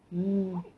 mm